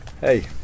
Hey